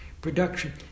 production